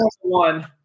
one